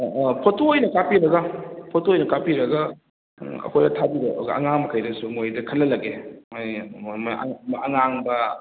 ꯑꯣ ꯑꯣ ꯐꯣꯇꯣ ꯑꯣꯏꯅ ꯀꯥꯞꯄꯤꯔꯒ ꯐꯣꯇꯣ ꯑꯣꯏ ꯀꯥꯞꯄꯤꯔꯒ ꯑꯩꯈꯣꯏꯗ ꯊꯥꯕꯤꯔꯛꯑꯒ ꯑꯉꯥꯡ ꯃꯈꯩꯗꯁꯨ ꯃꯣꯏꯗ ꯈꯜꯍꯜꯂꯒꯦ ꯃꯣꯏ ꯃꯣꯏ ꯑꯉꯥꯡꯕ